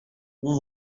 vous